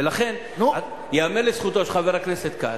ולכן ייאמר לזכותו של חבר הכנסת כץ,